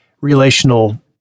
relational